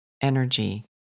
energy